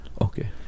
okay